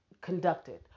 conducted